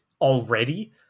already